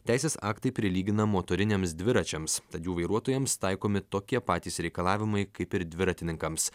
teisės aktai prilygina motoriniams dviračiams tad jų vairuotojams taikomi tokie patys reikalavimai kaip ir dviratininkams